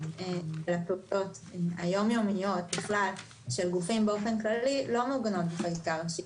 של הפעולות היום-יומיות של גופים באופן כללי לא מעוגן בחקיקה ראשית.